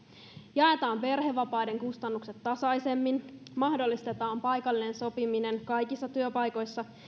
jaetaan perhevapaiden kustannukset tasaisemmin mahdollistetaan paikallinen sopiminen kaikissa työpaikoissa